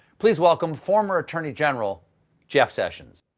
please welcome former attorney general jeff sessions.